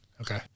Okay